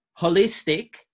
holistic